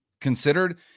considered